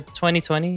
2020